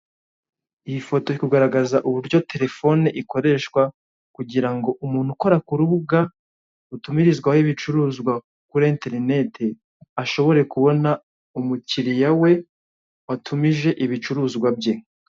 Iyi foto kugaragaza uburyo telefone ikoreshwa kugira ngo umuntu ukora ku rubuga rutumirizwaho ibicuruzwa kuri internet ashobore kubona umukiriya we watumije ibicuruzwa bye.